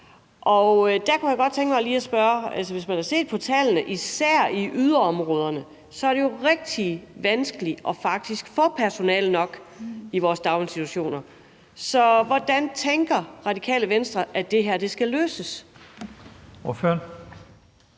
Og der kunne jeg godt tænke mig at spørge: Hvis man ser på tallene, især i yderområderne, er det jo rigtig vanskeligt faktisk at få personale nok i vores daginstitutioner, så hvordan tænker Radikale Venstre at det her skal løses?